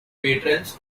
patrons